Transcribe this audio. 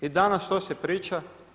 I danas što se priča?